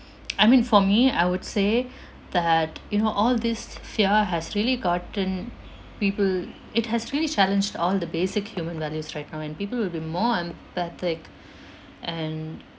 I mean for me I would say that you know all this fear has really gotten people it has really challenged all the basic human values right now and people will be more empathetic and